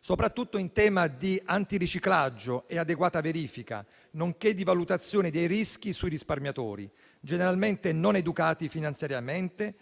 soprattutto in tema di antiriciclaggio e adeguata verifica, nonché di valutazione dei rischi sui risparmiatori generalmente non educati finanziariamente,